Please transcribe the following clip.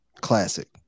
Classic